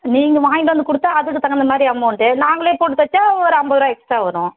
நீங்கள் வாங்கிகிட்டு வந்து கொடுத்தா அதுக்கு தகுந்தமாதிரி அமௌண்ட்டு நாங்ளே போட்டு தச்சா ஒரு ஐம்பதுருவா எக்ஸ்ட்ரா வரும்